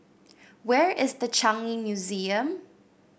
where is The Changi Museum